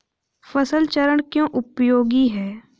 फसल चरण क्यों उपयोगी है?